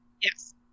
Yes